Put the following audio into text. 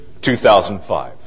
2005